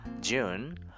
June